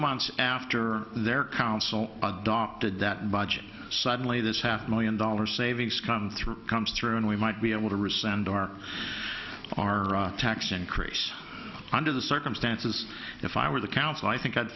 months after their council adopted that budget suddenly this half million dollar savings come through comes through and we might be able to resend dark our tax increase under the circumstances if i were the counsel i think i'd